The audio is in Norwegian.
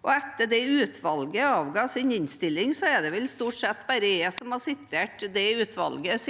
Etter at det utvalget avga sin innstilling, er det vel stort sett bare jeg som har sitert fra utvalgets